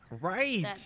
Right